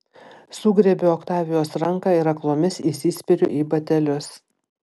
sugriebiu oktavijos ranką ir aklomis įsispiriu į batelius